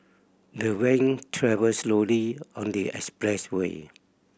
the van travelled slowly on the expressway